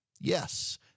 Yes